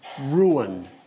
ruin